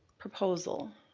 proposal?